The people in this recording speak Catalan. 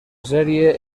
sèrie